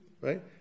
right